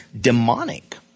demonic